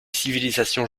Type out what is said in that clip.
civilisations